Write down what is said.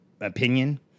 opinion